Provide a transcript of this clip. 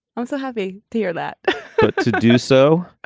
i'm so happy to hear that to do so.